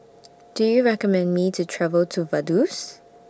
Do YOU recommend Me to travel to Vaduz